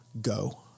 go